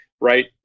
right